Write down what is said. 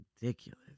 Ridiculous